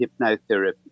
hypnotherapy